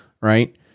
right